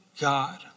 God